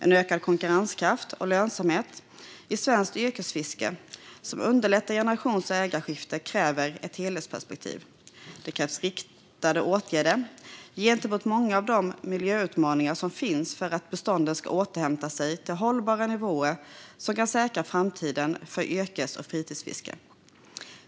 En ökad konkurrenskraft och lönsamhet i svenskt yrkesfiske, som underlättar generations och ägarskiften, kräver ett helhetsperspektiv. Det krävs riktade åtgärder gentemot många av de miljöutmaningar som finns för att bestånden ska återhämta sig till hållbara nivåer som kan säkra framtiden för yrkes och fritidsfisket.